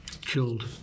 killed